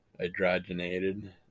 hydrogenated